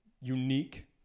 unique